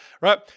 right